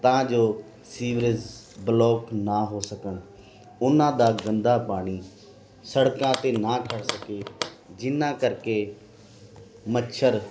ਤਾਂ ਜੋ sewerage block ਨਾ ਹੋ ਸਕਣ ਉਹਨਾਂ ਦਾ ਗੰਦਾ ਪਾਣੀ ਸੜਕਾਂ 'ਤੇ ਨਾ ਖੜ੍ਹ ਸਕੇ ਜਿਹਨਾਂ ਕਰਕੇ ਮੱਛਰ